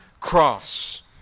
cross